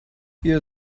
ihr